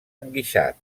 enguixat